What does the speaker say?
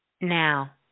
now